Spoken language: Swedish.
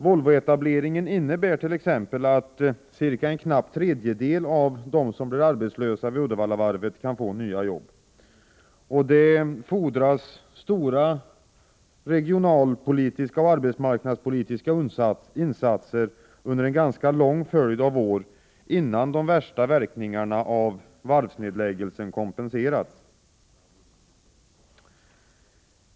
Volvoetableringen innebär t.ex. att en knapp tredjedel av dem som blir arbetslösa vid Uddevallavarvet kan få nya arbeten. Det fordras stora regionaloch arbetsmarknadspolitiska insatser under en ganska lång följd av år, innan de värsta verkningarna av varvsnedläggelsen kompenserats.